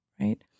right